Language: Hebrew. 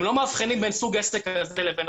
הם לא מבחינים בין סוג עסק זה או אחר.